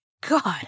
God